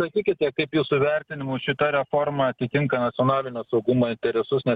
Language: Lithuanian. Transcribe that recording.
sakykite kaip jūsų vertinimu šita reforma atitinka nacionalinio saugumo interesus nes